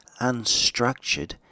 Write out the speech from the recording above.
unstructured